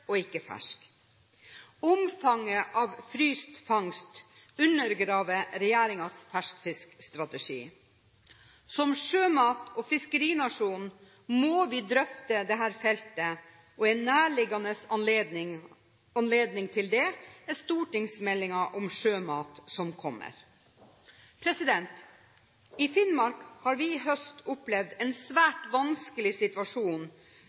og ikke fersk. Omfanget av fryst fangst undergraver regjeringens ferskfiskstrategi. Som sjømat- og fiskerinasjon må vi drøfte dette feltet, og en nærliggende anledning til det er stortingsmeldingen om sjømat, som kommer. I Finnmark har vi i høst opplevd en svært vanskelig situasjon